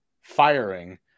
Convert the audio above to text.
firing